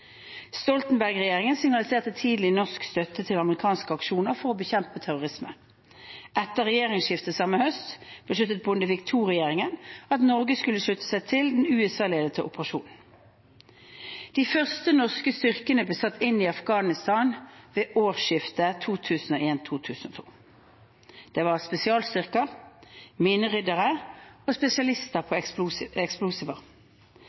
signaliserte tidlig norsk støtte til amerikanske aksjoner for å bekjempe terrorisme. Etter regjeringsskiftet samme høst besluttet Bondevik II-regjeringen at Norge skulle slutte seg til den USA-ledede operasjonen. De første norske styrkene ble satt inn i Afghanistan ved årsskiftet 2001–2002. Dette var spesialstyrker, mineryddere og spesialister på eksplosiver.